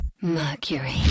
Mercury